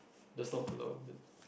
that's not Pulau-Ubin